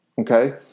Okay